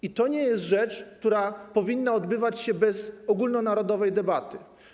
I to nie jest rzecz, która powinna odbywać się bez ogólnonarodowej debaty.